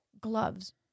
gloves